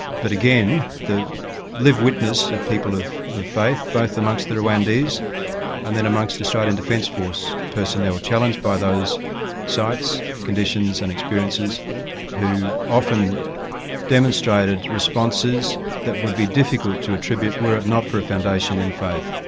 but again, again, the lived witness of people of faith both amongst the rwandese and then amongst australian defence force personnel challenged by those sights, conditions and experiences who often demonstrated responses that would be difficult to attribute were it not for a foundation in faith.